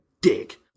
dick